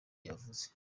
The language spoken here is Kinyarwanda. yavuze